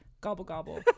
gobble-gobble